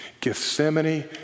Gethsemane